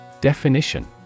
Definition